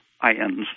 ions